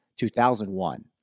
2001